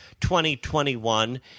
2021